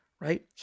Right